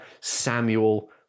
Samuel